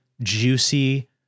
juicy